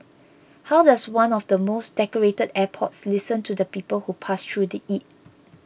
how does one of the most decorated airports listen to the people who pass through it